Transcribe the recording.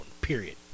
period